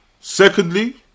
Secondly